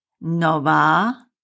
nova